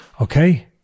Okay